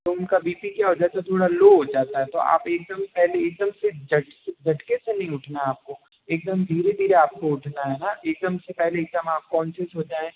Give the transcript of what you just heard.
तो उनका B P क्या हो जाता है थोड़ा लो हो जाता है तो आप एकदम पहले एकदम से झट झटके से नहीं उठना है आपको एकदम धीरे धीरे आपको उठना है न एकदम से पहले एकदम आप कॉन्शियस हो जाएँ